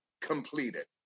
completed